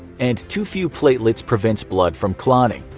and too few platelets prevents blood from clotting,